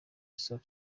stop